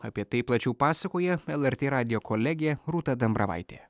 apie tai plačiau pasakoja lrt radijo kolegė rūta dambravaitė